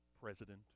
president